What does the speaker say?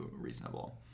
reasonable